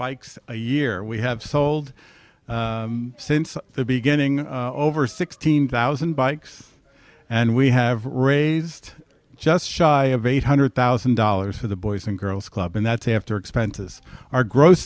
bikes a year we have sold since the beginning over sixteen thousand bikes and we have raised just shy of eight hundred thousand dollars for the boys and girls club and that's after expenses our gross